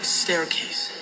staircase